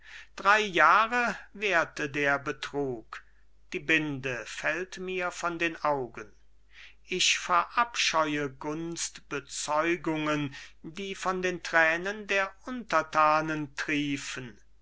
drei jahre währte der betrug die binde fällt mir von den augen ich verabscheue gunstbezeugungen die von den thränen der unterthanen triefen